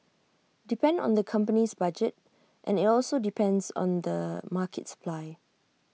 depend on the company's budget and IT also depends on the market supply